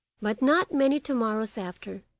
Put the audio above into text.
but not many to-morrows after,